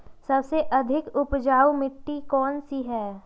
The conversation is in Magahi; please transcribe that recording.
सबसे अधिक उपजाऊ मिट्टी कौन सी हैं?